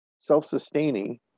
self-sustaining